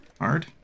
Hard